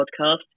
podcast